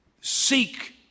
seek